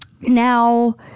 now